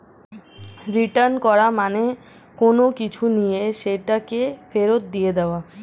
return করা মানে কোনো কিছু নিয়ে সেটাকে ফেরত দিয়ে দেওয়া